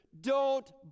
Don't